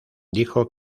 dijo